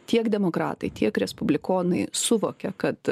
tiek demokratai tiek respublikonai suvokia kad